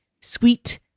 sweet